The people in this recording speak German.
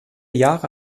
jahre